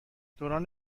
دوران